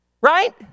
Right